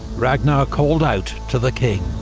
ragnar called out to the king,